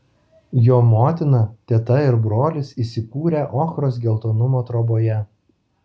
jo motina teta ir brolis įsikūrę ochros geltonumo troboje